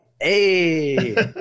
Hey